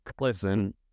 listen